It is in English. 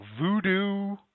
Voodoo